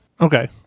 Okay